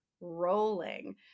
rolling